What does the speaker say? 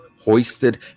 hoisted